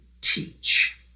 teach